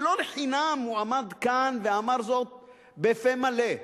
ולא לחינם הוא עמד כאן ואמר זאת בפה מלא,